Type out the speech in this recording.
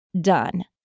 done